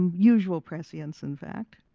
um usual prescience in fact,